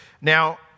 Now